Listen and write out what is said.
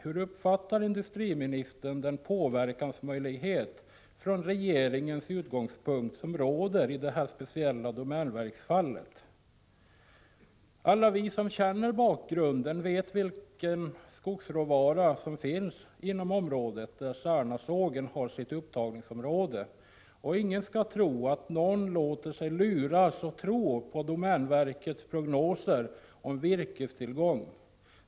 Hur uppfattar industriministern den påverkansmöjlighet från regeringens utgångspunkt som råder i det här speciella Domänföretagsfallet? Alla vi som känner till bakgrunden vet vilken skogsråvara som finns där Särnasågen har sitt upptagningsområde. Ingen skall tro att någon låter sig luras att tro på domänverkets prognoser om virkestillgång.